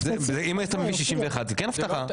אם אתה מביא 61 זה כן הבטחה,